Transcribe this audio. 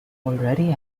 already